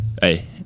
Hey